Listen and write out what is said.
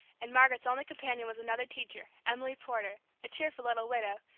and margaret's only companion was another teacher, emily porter, a cheerful little widow,